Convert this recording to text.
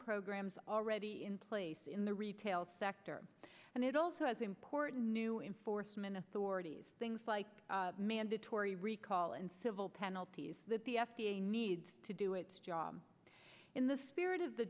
programs already in place in the retail sector and it also has important new in forstmann authorities things like mandatory recall and civil penalties that the f d a needs to do its job in the spirit of the